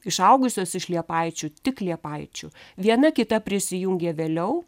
išaugusios iš liepaičių tik liepaičių viena kita prisijungė vėliau